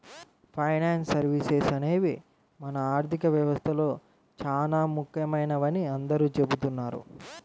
finance services అనేవి మన ఆర్థిక వ్యవస్థలో చానా ముఖ్యమైనవని అందరూ చెబుతున్నారు